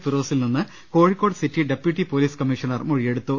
ഫിറോസിൽ നിന്ന് Kozhikode city deputy police commissioner മൊഴിയെടുത്തു